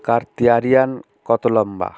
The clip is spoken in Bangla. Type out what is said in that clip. কার্তিক আরিয়ান কতো লম্বা